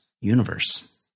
universe